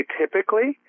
typically